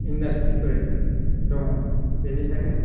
इन्दास्ट्रिफोर दङ बेनिखायनो